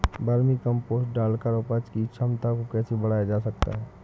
Vermi compost डालकर उपज की क्षमता को कैसे बढ़ाया जा सकता है?